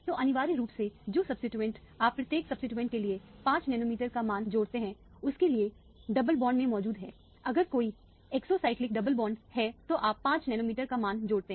तो अनिवार्य रूप से जो सब्सीट्यूएंट आप प्रत्येक सब्सीट्यूएंट के लिए 5 नैनोमीटर का मान जोड़ते हैं उसके लिए डबल बांड में मौजूद हैं अगर कोई एक्सोसाइक्लिक डबल बांड है तो आप 5 नैनोमीटर का मान जोड़ते हैं